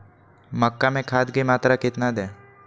मक्का में खाद की मात्रा कितना दे?